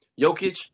Jokic